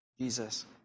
Jesus